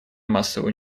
массового